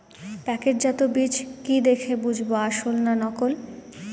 প্যাকেটজাত বীজ কি দেখে বুঝব আসল না নকল?